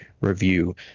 review